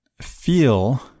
feel